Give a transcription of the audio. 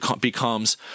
becomes